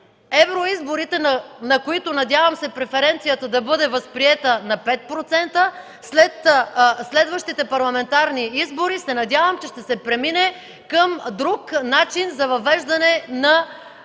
евроизборите, на които, надявам се, преференцията да бъде възприета на 5%, на следващите парламентарни избори се надявам, че ще се премине към друг начин за въвеждане на